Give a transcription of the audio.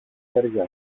χέρια